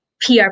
PR